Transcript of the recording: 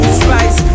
spice